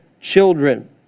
children